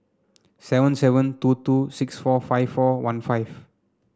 seven seven two two six four five four one five